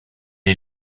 est